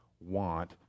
want